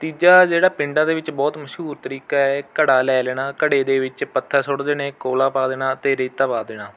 ਤੀਜਾ ਹੈ ਜਿਹੜਾ ਪਿੰਡਾਂ ਦੇ ਵਿੱਚ ਬਹੁਤ ਮਸ਼ਹੂਰ ਤਰੀਕਾ ਹੈ ਘੜਾ ਲੈ ਲੈਣਾ ਘੜੇ ਦੇ ਵਿੱਚ ਪੱਥਰ ਸੁੱਟ ਦੇਣੇ ਕੌਲਾ ਪਾ ਦੇਣਾ ਅਤੇ ਰੇਤਾ ਪਾ ਦੇਣਾ